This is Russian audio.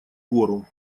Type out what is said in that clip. гору